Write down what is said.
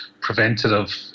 preventative